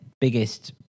biggest